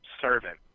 servant